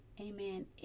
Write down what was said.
amen